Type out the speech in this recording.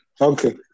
Okay